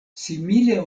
simile